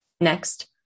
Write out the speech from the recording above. Next